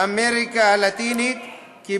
אמריקה הלטינית,